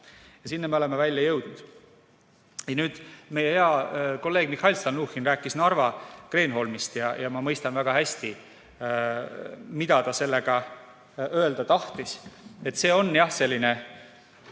Sinna me oleme välja jõudnud. Nüüd, meie hea kolleeg Mihhail Stalnuhhin rääkis Narva Kreenholmist ja ma mõistan väga hästi, mida ta sellega öelda tahtis. See on, jah, selline